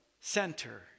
center